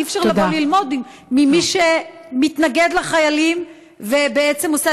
אי-אפשר לבוא ללמוד ממי שמתנגד לחיילים ועושה